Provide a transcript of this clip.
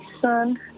son